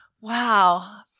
Wow